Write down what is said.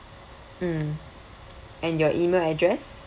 mm and your email address